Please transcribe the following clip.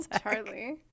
Charlie